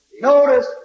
Notice